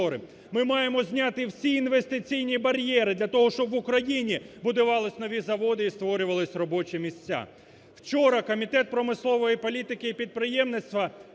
Ми маємо зняти всі інвестиційні бар'єри для того, щоб в Україні будувались нові заводи і створювались робочі місця. Вчора Комітет промислової політики і підприємництва